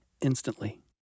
instantly